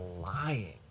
lying